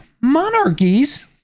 Monarchies